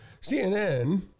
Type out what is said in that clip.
CNN